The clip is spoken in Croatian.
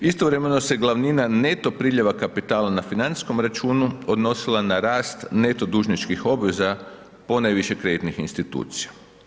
Istovremeno se glavnina neto priljeva kapitala na financijskom računu odnosila na rast neto dužničkih obveza, ponajviše kreditnih institucija.